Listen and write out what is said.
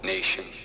Nation